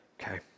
Okay